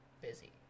busy